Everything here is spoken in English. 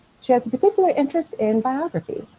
she has a particular interest in biography.